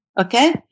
okay